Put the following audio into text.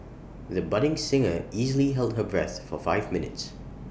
the budding singer easily held her breath for five minutes